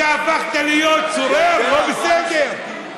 אתה הפכת להיות סורר, לא בסדר.